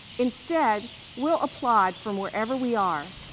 instead will apply from wherever we are,